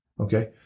okay